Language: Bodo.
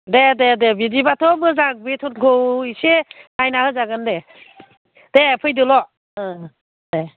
दे दे दे बिदिब्लाथ' मोजां बेथनखौ इसे नायना होजागोन दे दे फैदोल' ओ दे